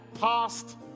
past